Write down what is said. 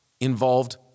involved